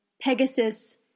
Pegasus